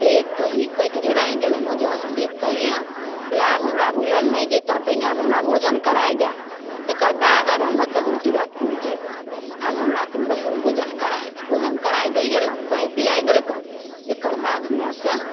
देखिके ही कोख जुड़ै गेलनि ओहिजाँ से देखिके अएलिअनि कहलिए आब हमरा बुलल नहि जएतै पहिले हमरा भोजन करै दै तकर बाद आब हमे कहूँ तीरथ जएबै आब हमरा तऽ भोजन करै दै भोजन करै दै गेलनि पानि पिआ देकनि तकर बाद हुआँ से